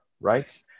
right